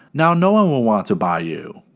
now no one will want to buy you.